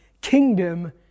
kingdom